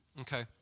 okay